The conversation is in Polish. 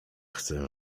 chcę